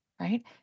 right